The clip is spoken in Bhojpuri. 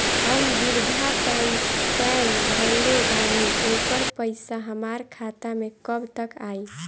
हम विर्धा पैंसैन भरले बानी ओकर पईसा हमार खाता मे कब तक आई?